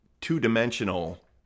two-dimensional